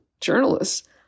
journalists